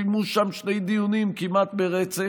קיימו שם שני דיונים כמעט ברצף,